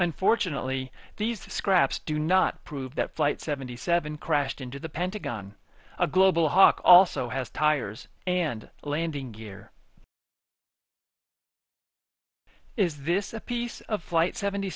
unfortunately these scraps do not prove that flight seventy seven crashed into the pentagon a global hawk also has tires and landing gear is this a piece of flight seventy